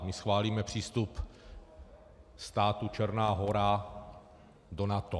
My schválíme přístup státu Černá Hora do NATO.